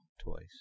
twice